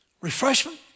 Refreshment